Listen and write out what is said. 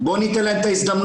בוא ניתן להם את ההזדמנות.